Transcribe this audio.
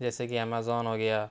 جیسے کہ امیزان ہو گیا